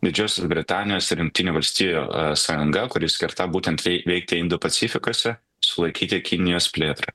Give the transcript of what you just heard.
didžiosios britanijos ir jungtinių valstijų sąjunga kuri skirta būtent vei veikti indų pacifikuose sulaikyti kinijos plėtrą